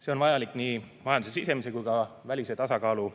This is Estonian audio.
See on vajalik nii majanduse sisemise kui ka välise tasakaalu